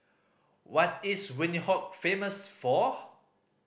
what is Windhoek famous for